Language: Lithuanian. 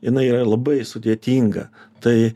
jinai yra labai sudėtinga tai